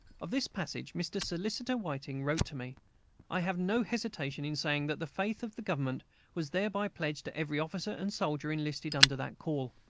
of this passage mr. solicitor whiting wrote to me i have no hesitation in saying that the faith of the government was thereby pledged to every officer and soldier enlisted under that call.